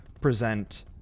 present